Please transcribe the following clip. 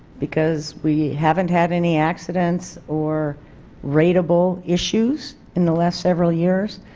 because we haven't had any accidents, or ratable issues in the last several years.